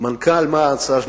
מנכ"ל מע"צ,